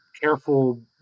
careful